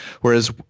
Whereas